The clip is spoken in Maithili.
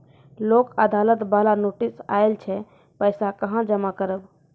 लोक अदालत बाला नोटिस आयल छै पैसा कहां जमा करबऽ?